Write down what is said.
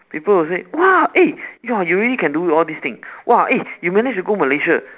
people will say !wah! eh !wah! you really can to do all these things !wah! eh you managed to go Malaysia